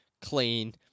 clean